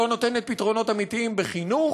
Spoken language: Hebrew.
היא לא נותנת פתרונות אמיתיים בחינוך.